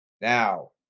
Now